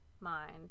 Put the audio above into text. mind